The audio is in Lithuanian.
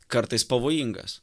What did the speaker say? kartais pavojingas